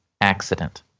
accident